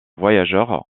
voyageurs